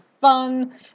fun